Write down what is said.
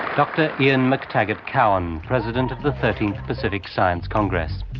dr ian mctaggart-cowan, president of the thirteenth pacific science congress.